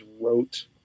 wrote